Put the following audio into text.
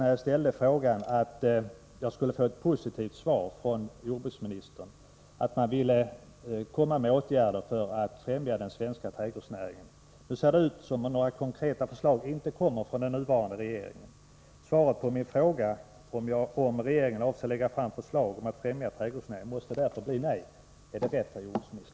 När jag ställde min fråga hoppades jag att jag skulle få ett positivt svar från jordbruksministern, att man ville vidta åtgärder för att främja den svenska trädgårdsnäringen. Nu ser det ut som om några konkreta förslag inte kommer ifrån den nuvarande regeringen. Svaret på min fråga om regeringen tänker lägga fram förslag för att ffrämja trädgårdsnäringen måste därför bli nej. Är det rätt uppfattat, jordbruksministern?